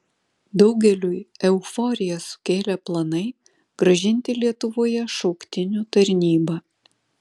daugeliui euforiją sukėlė planai grąžinti lietuvoje šauktinių tarnybą